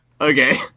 Okay